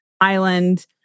island